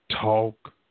talk